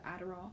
Adderall